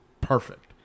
perfect